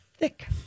thick